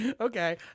Okay